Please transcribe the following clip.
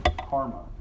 karma